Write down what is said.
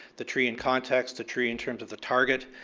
the tree in context, the tree in terms of the target,